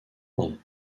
ans